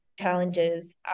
challenges